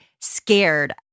scared